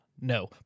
No